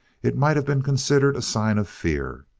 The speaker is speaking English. it might have been considered a sign of fear.